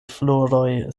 floroj